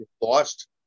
lost